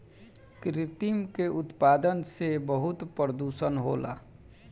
कृत्रिम के उत्पादन से बहुत प्रदुषण होला